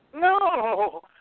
No